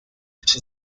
which